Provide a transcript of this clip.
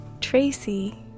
Tracy